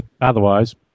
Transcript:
otherwise